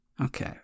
Okay